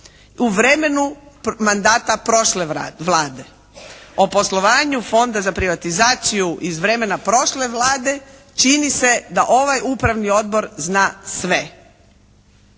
u vremenu mandata prošle Vlade. O poslovanju fonda za privatizaciju iz vremena prošle Vlade čini se da ovaj Upravni odbor zna sve.